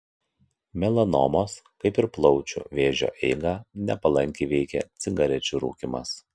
melanomos kaip ir plaučių vėžio eigą nepalankiai veikia cigarečių rūkymas